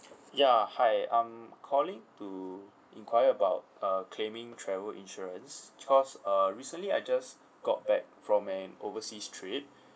ya hi I'm calling to enquire about uh claiming travel insurance because uh recently I just got back from an overseas trip